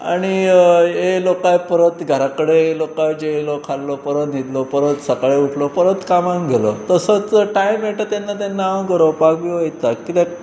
आनी आयलो काय परत घरा कडेन आयलो काय जेवलो खाल्लो परत न्हिदलो परत सकाळी उठलो परत कामाक गेलो तसोच टायम मेळटा तेन्ना तेन्ना हांव गरोवपाक बी वता कित्याक